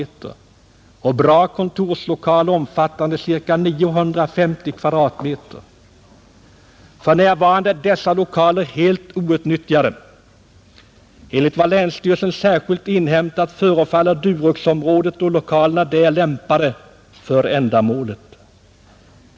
och bra kontorslokaler omfattande cirka 950 kvm. För närvarande är dessa lokaler outnyttjade. Enligt vad Länsstyrelsen särskilt inhämtat förefaller Duroxområdet och lokaler där lämpade för ändamålet.